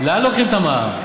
לאן לוקחים את המע"מ?